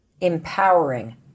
empowering